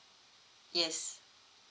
yes